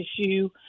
issue